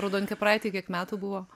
raudonkepuraitei kiek metų buvo